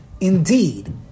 Indeed